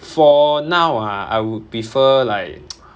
for now ah I would prefer like